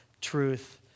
truth